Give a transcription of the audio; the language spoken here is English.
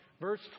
Verse